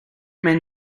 men